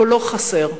קולו חסר.